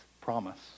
promise